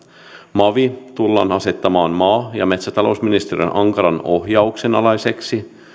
mavi tullaan asettamaan maa ja metsätalousministeriön ankaran ohjauksen alaiseksi